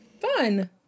Fun